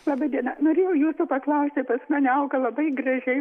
laba diena norėjau jūsų paklausti pas mane auga labai gražiai